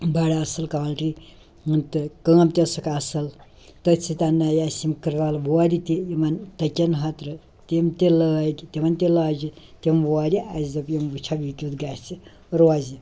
بڑٕ اَصٕل کالٹی تہٕ کٲم تہِ ٲسٕکھ اَصٕل تٔتھۍ سۭتۍ اَنناوِ اَسہِ یِم کِرٛول وورِ تہِ یِمن تٔکِیَن خٲطرٕ تِم تہِ لٲگۍ تِمن تہِ لاجہِ تِم وورِ اَسہِ دوٚپ یِم وٕچھو یہِ کیُتھ گَژھِ روزِ